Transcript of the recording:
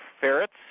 Ferrets